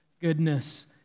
goodness